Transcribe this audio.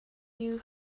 you